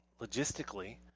logistically